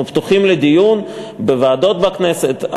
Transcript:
אנחנו פתוחים לדיון בוועדות בכנסת,